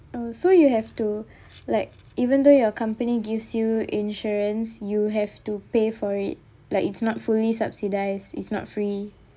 oh so you have to like even though your company gives you insurance you have to pay for it like it's not fully subsidised it's not free